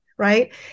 right